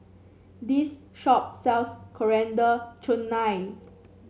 this shop sells Coriander Chutney